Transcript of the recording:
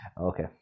okay